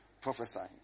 prophesying